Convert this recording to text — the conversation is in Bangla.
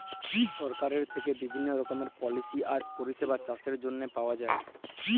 সরকারের থ্যাইকে বিভিল্ল্য রকমের পলিসি আর পরিষেবা চাষের জ্যনহে পাউয়া যায়